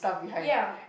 ya